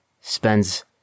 spends